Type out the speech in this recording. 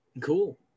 Cool